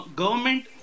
government